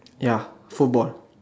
ya football